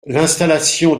l’installation